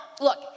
look